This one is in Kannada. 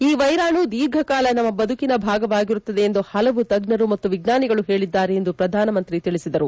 ಈ ವೈರಾಣು ದೀರ್ಘಕಾಲ ನಮ್ನ ಬದುಕಿನ ಭಾಗವಾಗಿರುತ್ತದೆ ಎಂದು ಹಲವು ತಜ್ಞರು ಮತ್ತು ವಿಜ್ಞಾನಿಗಳು ಹೇಳಿದ್ದಾರೆ ಎಂದು ಪ್ರಧಾನಮಂತ್ರಿ ತಿಳಿಸಿದರು